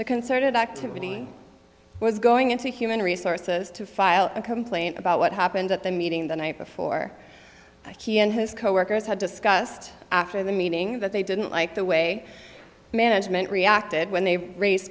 the concerted activity was going into human resources to file a complaint about what happened at the meeting the night before he and his coworkers had discussed after the meeting that they didn't like the way management reacted when they raise